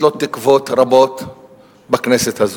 לתלות תקוות רבות בכנסת הזו,